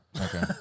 Okay